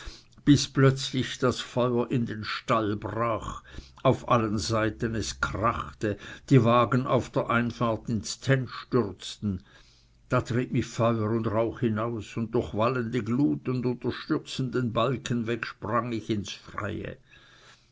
bis plötzlich das feuer in den stall brach auf allen seiten es krachte die wagen auf der einfahrt ins tenn stürzten da trieb mich feuer und rauch hinaus und durch wallende glut und unter stürzenden balken weg sprang ich ins freie